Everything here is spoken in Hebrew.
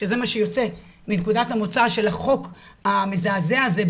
שזה מה שיוצא מנקודת המוצא של החוק המזעזע הזה,